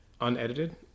unedited